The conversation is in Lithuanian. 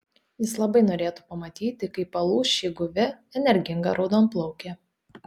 jis labai nenorėtų pamatyti kaip palūš ši guvi energinga raudonplaukė